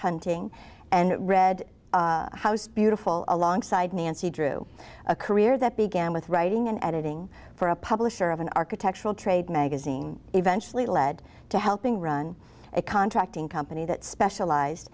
hunting and red house beautiful alongside nancy drew a career that began with writing and editing for a publisher of an architectural trade magazine eventually led to helping run a contracting company that specialize